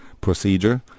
procedure